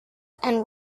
and